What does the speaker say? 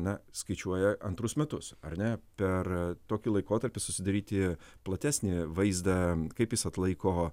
na skaičiuoja antrus metus ar ne per tokį laikotarpį susidaryti platesnį vaizdą kaip jis atlaiko